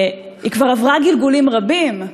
היא כבר עברה גלגולים רבים,